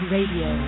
Radio